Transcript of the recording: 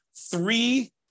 three